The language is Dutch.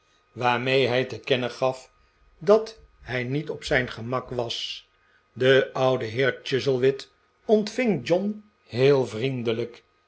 waarmee hij te kennen gaf dat hij niet op zijn gemak was de oude heer chuzzlewit ontving john heel vriendelijk